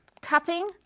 tapping